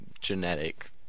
genetic